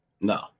no